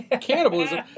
cannibalism